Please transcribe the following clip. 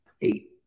eight